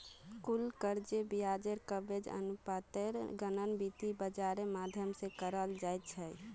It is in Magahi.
कुल कर्जेर ब्याज कवरेज अनुपातेर गणना वित्त बाजारेर माध्यम से कराल जा छे